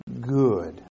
good